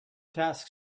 task